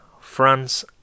France